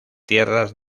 tierras